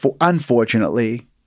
unfortunately